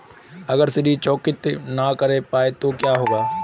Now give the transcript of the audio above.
अगर ऋण चुकौती न कर पाए तो क्या होगा?